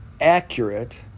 accurate